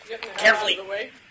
Carefully